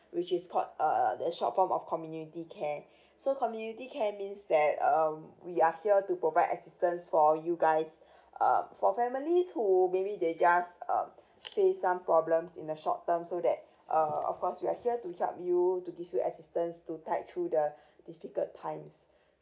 which is called uh the short form of community care so community care means that um we are here to provide assistance for you guys um for families who maybe they just um faced some problems in the short term so that uh of course we are here to help you to give you assistance to tide through the difficult times